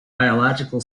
biological